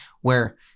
where-